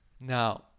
Now